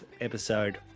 episode